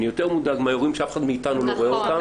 אני יותר מודאג מהאירועים שאף אחד מאיתנו לא רואה אותם,